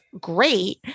great